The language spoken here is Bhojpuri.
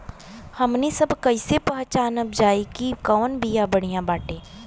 हमनी सभ कईसे पहचानब जाइब की कवन बिया बढ़ियां बाटे?